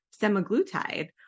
semaglutide